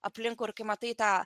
aplinkui ir kai matai tą